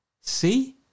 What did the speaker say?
See